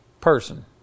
person